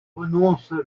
renonce